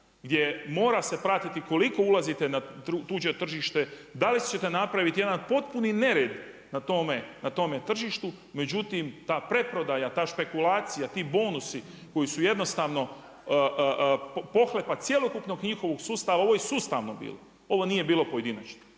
gdje mora se pratiti koliko ulazite na tuđe tržište, da li ćete napraviti jedan potpuni nered na tome tržištu. Međutim, ta preprodaja, ta špekulacija, ti bonusi koji su jednostavno pohlepa cjelokupnog njihovog sustava, ovo je sustavno bilo. Ovo nije bilo pojedinačno.